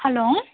hello